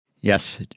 Yes